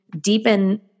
deepen